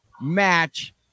match